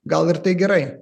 gal ir tai gerai